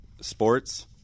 sports